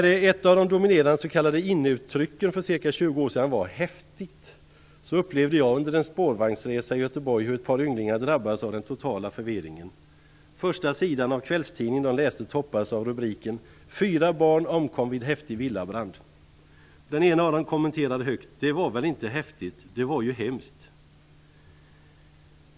När ett av de dominerande s.k. inne-uttrycken för ca 20 år sedan var "häftigt" upplevde jag under en spårvagnsresa i Göteborg hur ett par ynglingar drabbades av den totala förvirringen. Första sidan i den kvällstidning de läste toppades av rubriken "Fyra barn omkom vid häftig villabrand". Den ene av dem kommenterade högt: "Det var väl inte häftigt, det var ju hemskt!"